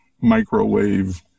microwave